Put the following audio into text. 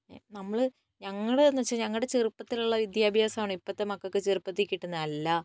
നമ്മൾ ഞങ്ങളെന്ന് വച്ചാൽ ഞങ്ങളുടെ ചെറുപ്പത്തിലുള്ള വിദ്യാഭ്യാസമാണോ ഇപ്പോഴത്തെ മക്കൾക്ക് ചെറുപ്പത്തിൽ കിട്ടുന്നത് അല്ല